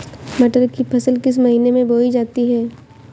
मटर की फसल किस महीने में बोई जाती है?